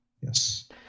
Yes